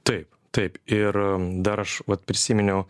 taip taip ir dar aš vat prisiminiau